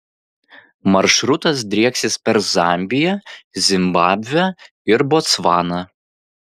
maršrutas drieksis per zambiją zimbabvę ir botsvaną